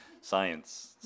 Science